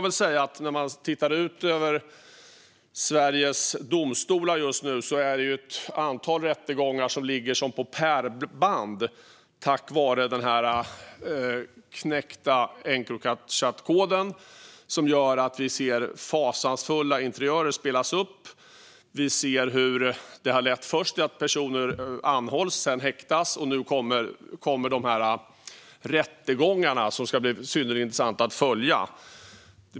När man tittar ut över Sveriges domstolar just nu ser man att det finns ett antal rättegångar som ligger som på ett pärlband tack vare den knäckta Encrochatkoden. Det gör att vi ser fasansfulla interiörer och scenarier som spelas upp. Vi ser hur det har lett till att personer först anhålls och sedan häktas. Och nu kommer rättegångarna, som ska bli synnerligen intressanta att följa.